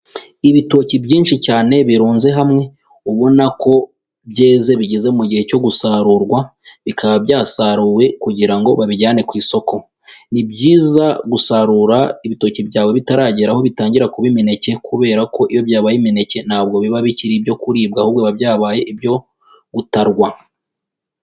Ibitoki byinshi cyane birunze hamwe ubona ko byeze bigeze mu gihe cyo gusarurwa bikaba byasaruwe kugira ngo babijyane ku isoko, ni byizayiza gusarura ibitoki byawe bitaragera aho bitangira kuba imineke kubera ko iyo byabaye imineke ntabwo biba bikiri ibyo kuribwa ahubwo biba byabaye ibyo gutarwa.